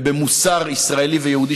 במוסר ישראלי ויהודי,